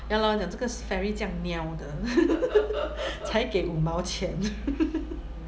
ya lor 讲这个 fairy 这样 niao 的 才给五毛钱